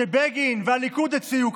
שבגין והליכוד הציעו,